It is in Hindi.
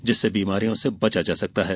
जिससे बीमारियों से बचा जा सकता है